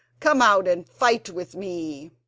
come out and fight with me